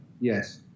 yes